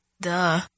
Duh